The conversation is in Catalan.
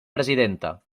presidenta